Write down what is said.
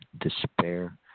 despair